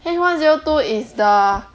H one zero two is the